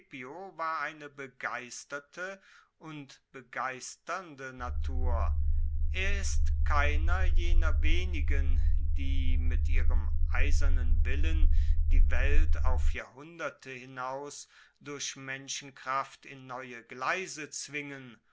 war eine begeisterte und begeisternde natur er ist keiner jener wenigen die mit ihrem eisernen willen die welt auf jahrhunderte hinaus durch menschenkraft in neue gleise zwingen